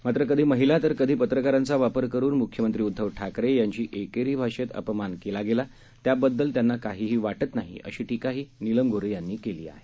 मात्र कधी महिला तर कधी पत्रकारांचा वापर करून मुख्यमंत्री उदधव ठाकरे यांचा एकेरी भाषेत अपमान केला त्याबददल त्यांना काहीही वाटत नाहीअशी टीकाही निलम गोऱ्हे यांनी केली आहे